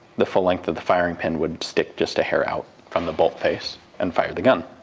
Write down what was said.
the full length of the firing pin would stick just a hair out from the bolt face and fire the gun.